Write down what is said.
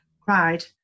cried